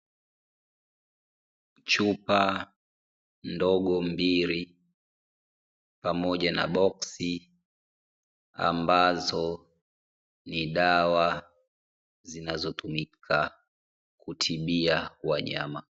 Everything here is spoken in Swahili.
Chupa ndogo mbili pamoja na boksi ambazo ni dawa zinazotumika kutibia wanyama.